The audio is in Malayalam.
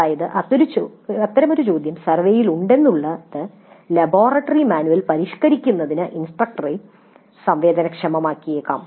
അതിനാൽ അത്തരമൊരു ചോദ്യം സർവേയിൽ ഉണ്ടെന്നുള്ളത് ലബോറട്ടറി മാനുവൽ പരിഷ്കരിക്കുന്നതിന് ഇൻസ്ട്രക്ടറെ സംവേദനക്ഷമമാക്കിയേക്കാം